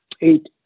eight